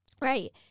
Right